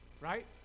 right